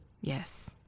Yes